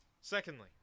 Secondly